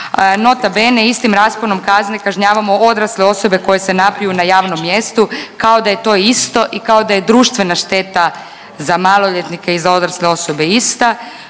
Nota bene istim rasponom kazni kažnjavamo odrasle osobe koje se napiju na javnom mjestu kao da je to isto i kao je društvena šteta za maloljetnike i za odrasle osobe ista.